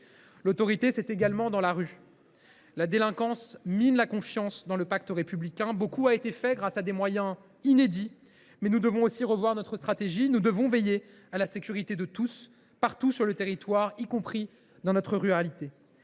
L’autorité, c’est également dans la rue. La délinquance mine la confiance dans le pacte républicain. Beaucoup a été fait, grâce à des moyens inédits, mais nous devons aussi revoir notre stratégie. Nous devons veiller à la sécurité de tous, partout en France, y compris dans nos territoires